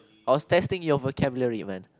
I was testing your vocabulary men